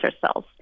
cells